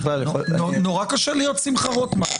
נורא קשה להיות שמחה רוטמן.